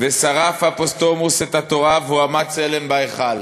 ושרף אפוסטמוס את התורה, והועמד צלם בהיכל.